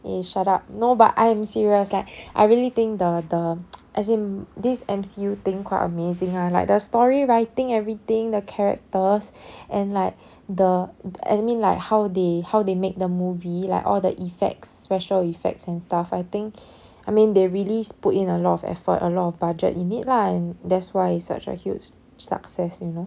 eh shut up no but I'm serious like I really think the the as in these M_C_U thing quite amazing lah like the story writing everything the characters and like the the enemy like how they how they made the movie like all the effects special effects and stuff I think I mean they really put in a lot of effort a lot of budget in it lah that's why it's such a huge success you know